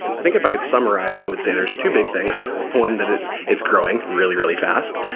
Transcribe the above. so i think if i could summarize, i would say there's two big things. one, that it's it's growing really, really fast.